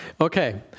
okay